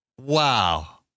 Wow